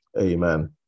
Amen